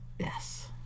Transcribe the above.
Yes